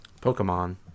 Pokemon